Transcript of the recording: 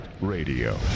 Radio